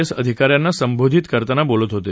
S अधिका यांना संबोधित करताना बोलत होते